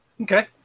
okay